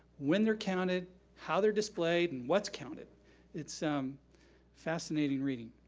when they're counted, how they're displayed and what's counted it's um fascinating reading.